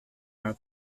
are